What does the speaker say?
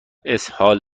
اسهال